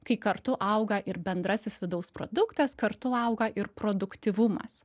kai kartu auga ir bendrasis vidaus produktas kartu auga ir produktyvumas